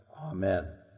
Amen